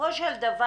בסופו של דבר,